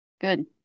Good